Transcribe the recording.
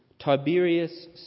Tiberius